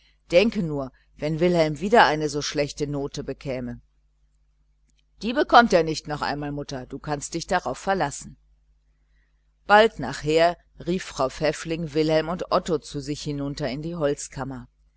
denke nur wenn wilhelm wieder eine so schlechte note bekäme die bekommt er nicht noch einmal mutter du kannst dich darauf verlassen bald nachher rief frau pfäffling wilhelm und otto zu sich hinunter in die holzkammer